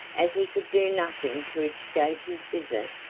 as he could do nothing to escape his visit,